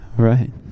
right